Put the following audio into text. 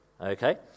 Okay